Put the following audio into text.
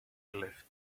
relieved